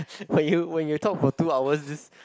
when you when you talk for two hours just